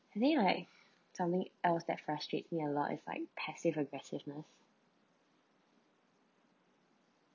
and then it like something else that frustrates me a lot is like passive aggressiveness